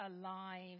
alive